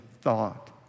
thought